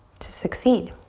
to succeed.